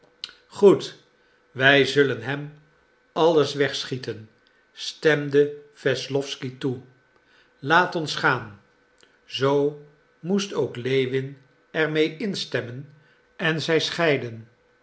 goed wij zullen hem alles wegschieten stemde wesslowsky toe laat ons gaan zoo moest ook lewin er mee instemmen en zij scheidden